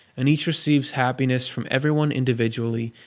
and each receives happiness from everyone individually,